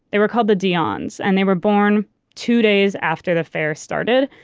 they were called the dionne's, and they were born two days after the fair started,